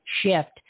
shift